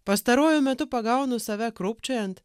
pastaruoju metu pagaunu save krupčiojant